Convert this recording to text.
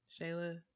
Shayla